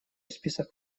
список